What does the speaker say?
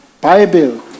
Bible